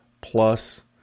plus